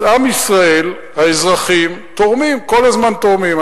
אז עם ישראל, האזרחים, תורמים, כל הזמן תורמים.